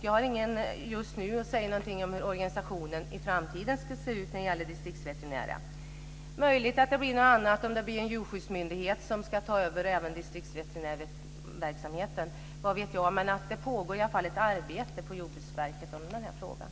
Jag har ingenting att säga just nu om hur organisationen i framtiden ska se ut när det gäller disktriksveterinärerna. Möjligen blir det något annat om det blir en djurskyddsmyndighet som ska ta över även distriktsveterinärverksamheten - vad vet jag. Men det pågår i alla fall ett arbete på Jordbruksverket i den här frågan.